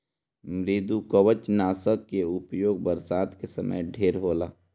मृदुकवचनाशक कअ उपयोग बरसात के समय ढेर होला